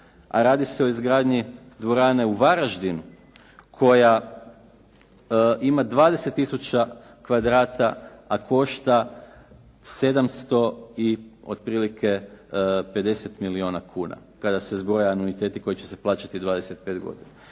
a radi se o izgradnji dvorane u Varaždinu koja ima 20 tisuća kvadrata a košta otprilike 750 milijuna kuna kada se zbroje anuliteti koji će se plaćati 25 godina.